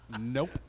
Nope